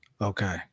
Okay